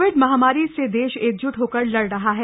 Covid महामारी स दश एकज्ट होकर लड़ रहा है